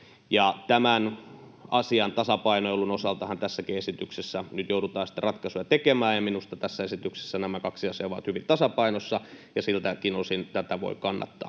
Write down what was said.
Tämän asian tasapainoilun osaltahan tässäkin esityksessä nyt joudutaan sitten ratkaisuja tekemään. Minusta tässä esityksessä nämä kaksi asiaa ovat hyvin tasapainossa, ja siltäkin osin tätä voi kannattaa.